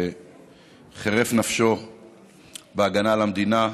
שחירף את נפשו בהגנה על המדינה,